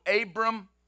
Abram